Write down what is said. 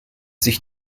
sich